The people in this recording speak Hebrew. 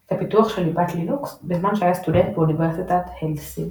את הפיתוח של ליבת לינוקס בזמן שהיה סטודנט באוניברסיטת הלסינקי.